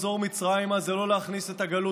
לא לחזור מצרימה זה לא להכניס את הגלות